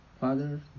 father